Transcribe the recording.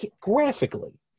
graphically